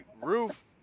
roof